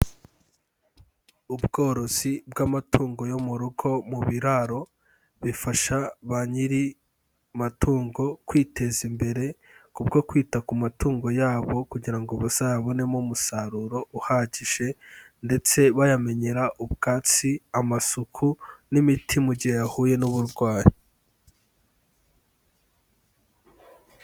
Ubworozi bw'amatungo yo mu rugo mu biraro, bifasha ba nyiri matungo kwiteza imbere, kubwo kwita ku matungo yabo kugira ngo bazayabonemo umusaruro uhagije, ndetse bayamenyera ubwatsi, amasuku, n'imiti mu gihe yahuye n'uburwayi.